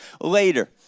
later